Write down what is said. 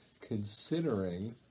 considering